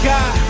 God